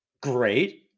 great